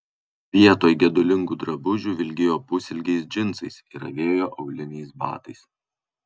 vietoj gedulingų drabužių vilkėjo pusilgiais džinsais ir avėjo auliniais batais